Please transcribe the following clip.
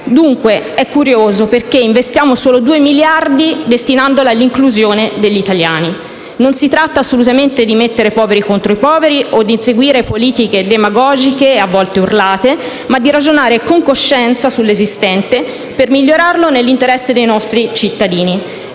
Dunque è curioso, perché investiamo solo 2 miliardi di euro destinandoli all'inclusione degli italiani. Non si tratta assolutamente di mettere poveri contro poveri o di inseguire politiche demagogiche, a volte urlate, ma di ragionare con coscienza sull'esistente, per migliorarlo nell'interesse dei nostri cittadini.